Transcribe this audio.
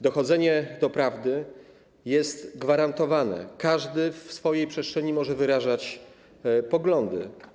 Dochodzenie do prawdy jest gwarantowane, kiedy każdy w swojej przestrzeni może wyrażać swoje poglądy.